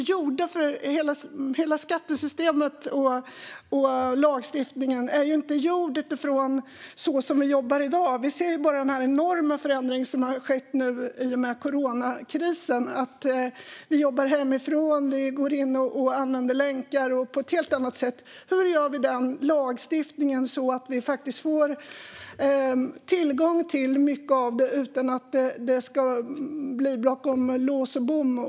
Skattesystemet och lagstiftningen är inte gjorda utifrån hur vi jobbar i dag. Vi ser den enorma förändring som har skett nu i och med coronakrisen. Vi jobbar hemifrån och går in och använder länkar på ett helt annat. Hur ska lagstiftningen utformas så att vi får tillgång till mycket utan att det hamnar bakom lås och bom?